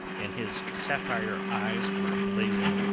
and his sapphire eyes were blazing.